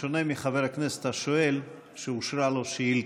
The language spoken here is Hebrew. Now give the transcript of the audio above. בשונה מחבר הכנסת השואל שאושרה לו שאילתה.